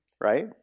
right